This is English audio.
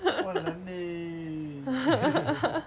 walan eh